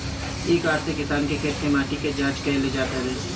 इ कार्ड से किसान के खेत के माटी के जाँच कईल जात हवे